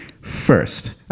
first